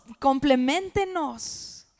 complementenos